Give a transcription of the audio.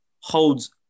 holds